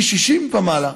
מ-60 ומעלה.